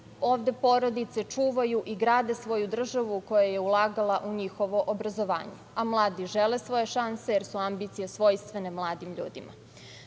ovde porodice, čuvaju i grade svoju državu koja je ulagala u njihovo obrazovanje, a mladi žele svoje šanse, jer su ambicije svojstvene mladim ljudima. Tako